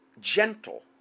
gentle